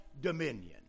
dominion